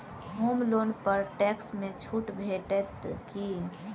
होम loan पर tax मे छुट भेटत की